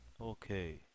Okay